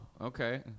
okay